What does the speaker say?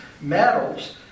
metals